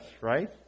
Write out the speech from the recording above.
right